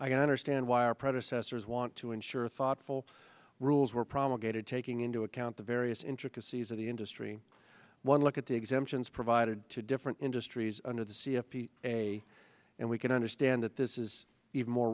i can understand why our predecessors want to ensure thoughtful rules were promulgated taking into account the various intricacies of the industry one look at the exemptions provided to different industries under the c f p a and we can understand that this is even more